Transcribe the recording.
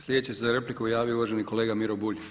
Sljedeći se za repliku javio uvaženi kolega Miro Bulj.